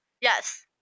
yes